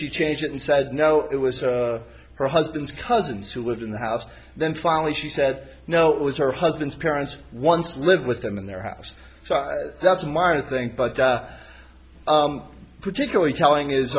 she changed it and said no it was her husband's cousins who lived in the house then finally she said no it was her husband's parents once lived with them in their house so that's a minor thing but particularly telling is